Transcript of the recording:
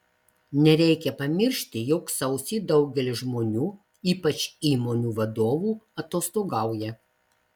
nereikia pamiršti jog sausį daugelis žmonių ypač įmonių vadovų atostogauja